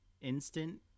instant